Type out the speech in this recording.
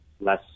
less